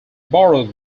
borough